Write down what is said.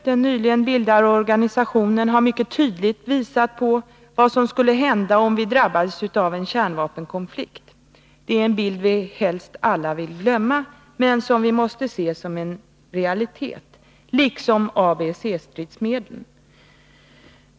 Den nyligen bildade organisationen Läkare för fred har mycket tydligt visat på vad som skulle hända om vi drabbades av en kärnvapenkonflikt. Det är en bild som alla helst vill glömma, men som vi måste se som en realitet. Det måste vi göra också när det gäller ABC-stridsmedlen.